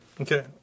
okay